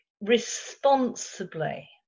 Responsibly